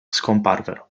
scomparvero